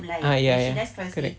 ah ya ya correct